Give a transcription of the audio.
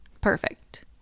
perfect